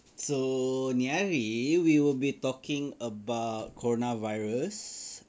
so ini hari we will be talking about corona virus